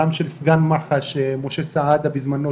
גם של סגן מח"ש משה סעדה בזמנו,